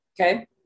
Okay